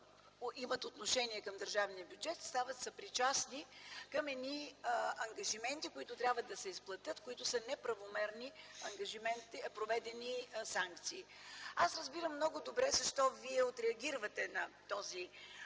имат отношение към държавния бюджет, стават съпричастни към ангажименти, които трябва да се изплатят и които са за неправомерно проведени санкции. Разбирам много добре защо вие отреагирвате на този